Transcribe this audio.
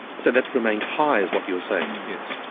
so that's remained high is what you're saying? yes.